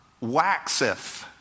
Waxeth